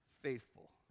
Faithful